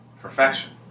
perfection